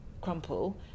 crumple